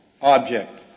object